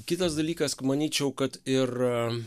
kitas dalykas manyčiau kad ir